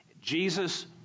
Jesus